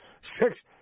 Six